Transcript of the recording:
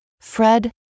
Fred